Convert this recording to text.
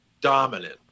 dominant